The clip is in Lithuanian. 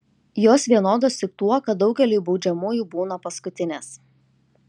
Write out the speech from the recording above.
jos vienodos tik tuo kad daugeliui baudžiamųjų būna paskutinės